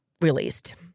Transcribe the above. released